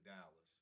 Dallas